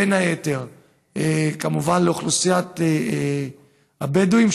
בין היתר כמובן לאוכלוסיית הבדואים,